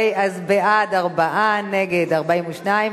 42,